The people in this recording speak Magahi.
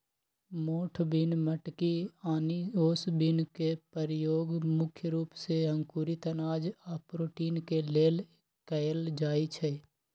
मोठ बिन मटकी आनि ओस बिन के परयोग मुख्य रूप से अंकुरित अनाज आ प्रोटीन के लेल कएल जाई छई